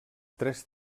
tres